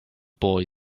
boy